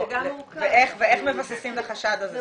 איך מבססים את החשד הזה?